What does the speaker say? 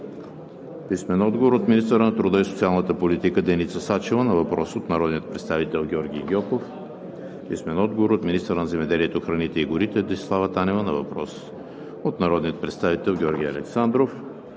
Чакъров; - министъра на труда и социалната политика Деница Сачева на въпрос от народния представител Георги Гьоков; - министъра на земеделието, храните и горите Десислава Танева на въпрос от народния представител Георги Александров;